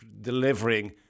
delivering